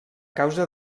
causa